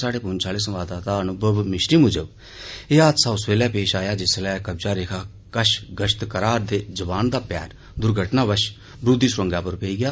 साढ़े पुंछ आले संवाददाता अनुभव मिश्री मुजब एह् हादसा उस्सले पेश आया जिस्सले कब्ज़ा रेखा कश गश्त करारदे जवान दा पैर दुर्घटनावश बरुदी सुरंगा पर पेई गेआ